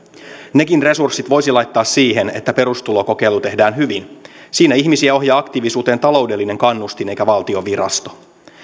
nekin resurssit voisi laittaa siihen että perustulokokeilu tehdään hyvin siinä ihmisiä ohjaa aktiivisuuteen taloudellinen kannustin eikä valtion virasto